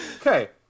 okay